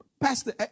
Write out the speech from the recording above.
pastor